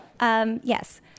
Yes